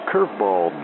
Curveball